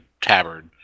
tabard